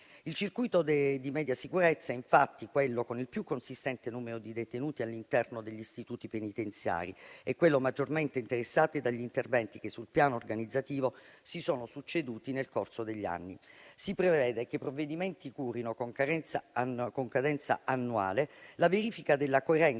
Il circuito di media sicurezza è, infatti, quello con il più consistente numero di detenuti all'interno degli istituti penitenziari e quello maggiormente interessato dagli interventi che sul piano organizzativo si sono succeduti nel corso degli anni. Si prevede che i provveditorati curino, con cadenza annuale, la verifica della coerenza